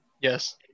Yes